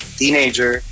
teenager